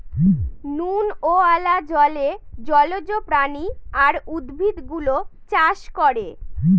নুনওয়ালা জলে জলজ প্রাণী আর উদ্ভিদ গুলো চাষ করে